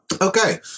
okay